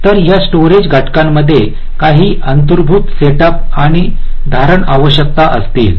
तर या स्टोरेज घटकांमध्ये काही अंतर्भूत सेटअप आणि धारण आवश्यकता असतील